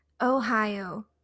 Ohio